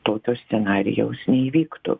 tokio scenarijaus neįvyktų